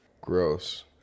Gross